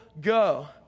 go